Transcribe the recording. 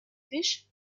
fish